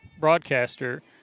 broadcaster